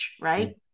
right